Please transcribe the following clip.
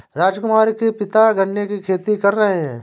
राजकुमार के पिता गन्ने की खेती कर रहे हैं